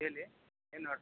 ಹೇಳಿ ಏನು ಆರ್ಡ್ರು